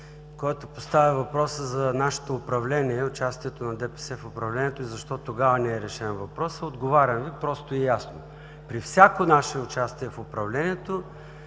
който поставя въпроса за нашето управление, участието на ДПС в управлението и защо тогава не е решен въпросът, отговаряме просто и ясно: при всяко наше участие в управлението